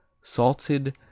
salted